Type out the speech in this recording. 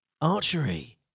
Archery